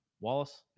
Wallace